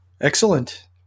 Excellent